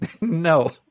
No